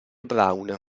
brown